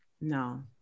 no